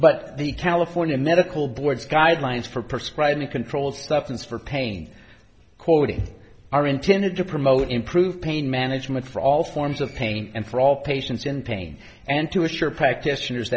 but the california medical board guidelines for prescribe a controlled substance for pain quoting are intended to promote improved pain management for all forms of pain and for all patients in pain and to assure practitioners